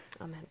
amen